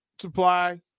supply